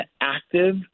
active